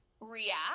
react